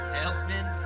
Tailspin